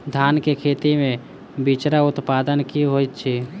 धान केँ खेती मे बिचरा उत्पादन की होइत छी?